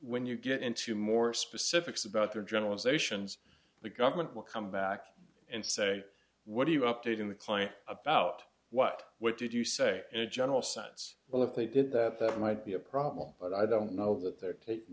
when you get into more specifics about their generalizations the government will come back and say what are you updating the client about what what did you say in a general sense well if they did that that might be a problem but i don't know that they're taking